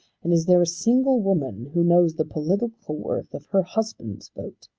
and is there a single woman who knows the political worth of her husband's vote?